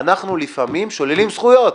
אנחנו לפעמים שוללים זכויות.